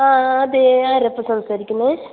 ആ അതെ ആര് ഇപ്പം സംസാരിക്കുന്നത്